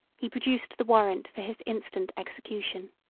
he produced the warrant for his instant execution.